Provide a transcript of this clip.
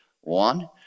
One